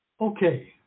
Okay